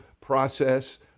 process